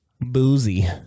Boozy